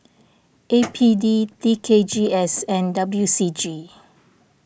A P D T K G S and W C G